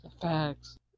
Facts